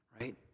Right